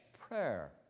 prayer